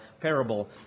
parable